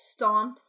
stomps